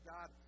God